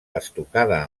estucada